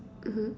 mmhmm